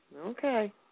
Okay